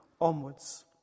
onwards